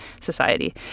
society